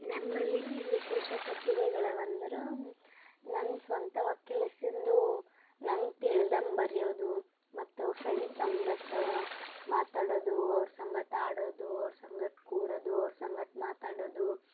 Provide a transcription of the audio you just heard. ನಮ್ಮಲ್ಲಿ ವಿಶೇಷ ಪ್ರತಿಭೆಗಳವಂದ್ರ ನ್ ಸ್ವಂತವಾಗಿ ಕೆಲೆಸಿಂದೂ ನಂಗೆ ತಿಳ್ದಂಗೆ ಬರೆಯೋದು ಮತ್ತು ಫ್ರೆಂಡ್ಸ್ ಸಂಗಡ್ ಮಾತಾಡೋದು ಅವ್ರ ಸಂಗಡ ಆಡೋದು ಅವ್ರ ಸಂಗಡ ಕೂಡೋದು ಅವ್ರ ಸಂಗಡ್ ಮಾತಾಡೋದು